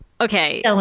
okay